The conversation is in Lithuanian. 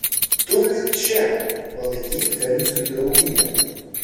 tu lik čia palaikyk feliksui draugiją